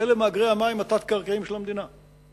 אלה מאגרי המים התת-קרקעיים של המדינה.